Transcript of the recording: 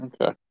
Okay